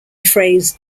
phrase